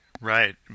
Right